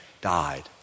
died